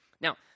Now